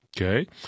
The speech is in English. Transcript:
okay